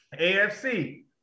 AFC